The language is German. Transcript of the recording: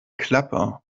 klappe